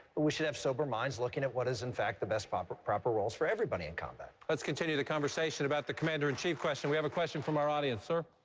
we should have sober minds looking at what is in fact the best proper proper roles for everybody in combat. king let's continue the conversation about the commander in chief question. we have a question from our audience, sir?